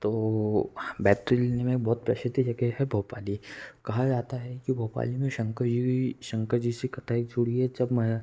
तो बैतुल ज़िले में बहुत प्रसिद्ध जगह है भोपाली कहा जाता है कि भोपाली में शंकर जी भी शंकर जी से कथा एक जुड़ी है जब माया